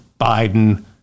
Biden